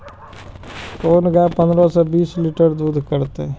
कोन गाय पंद्रह से बीस लीटर दूध करते?